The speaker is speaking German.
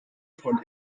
von